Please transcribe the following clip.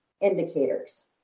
indicators